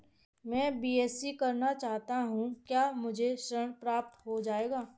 मैं बीएससी करना चाहता हूँ क्या मुझे ऋण प्राप्त हो जाएगा?